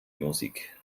musik